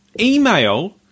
email